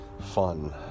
fun